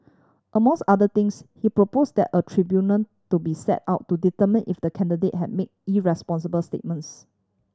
among other things he propose that a tribunal to be set out to determine if the candidate have made irresponsible statements